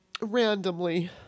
randomly